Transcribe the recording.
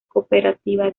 cooperativa